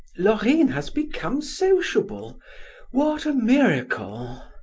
laurine has become sociable what a miracle!